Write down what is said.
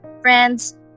friends